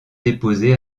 déposé